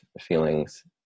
feelings